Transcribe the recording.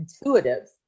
intuitive